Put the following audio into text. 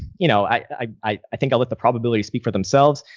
you know, i think i'll let the probabilities speak for themselves.